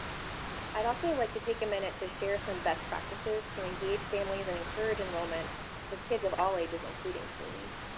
i'd also like to take a minute to share some best practices to engage families and encourage enrollment with kids of all ages, including teens.